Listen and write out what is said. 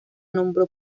nombró